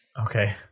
okay